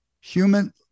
human